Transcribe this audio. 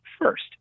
first